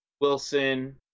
Wilson